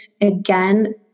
again